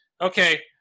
okay